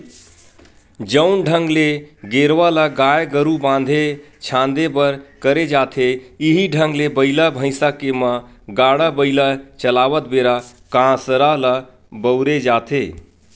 जउन ढंग ले गेरवा ल गाय गरु बांधे झांदे बर करे जाथे इहीं ढंग ले बइला भइसा के म गाड़ा बइला चलावत बेरा कांसरा ल बउरे जाथे